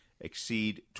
exceed